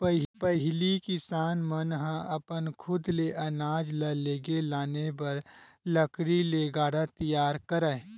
पहिली किसान मन ह अपन खुद ले अनाज ल लेगे लाने बर लकड़ी ले गाड़ा तियार करय